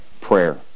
prayer